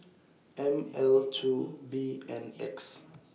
M L two B N X